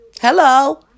Hello